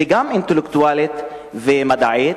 וגם אינטלקטואלית ומדעית.